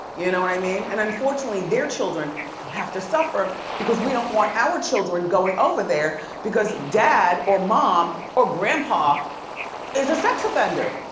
you know what i mean? and unfortunately their children have to suffer because we don't want our children going over there because dad or mom or grandpa is a sex offender.